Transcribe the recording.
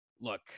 Look